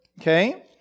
Okay